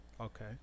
Okay